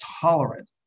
tolerant